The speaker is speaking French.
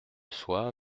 soi